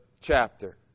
chapter